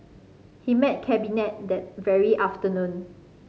he met Cabinet that very afternoon